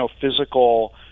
physical